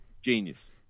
genius